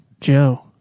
joe